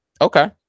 Okay